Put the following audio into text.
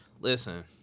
Listen